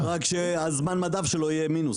רק שזמן המדף שלו יהיה מינוס.